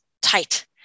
tight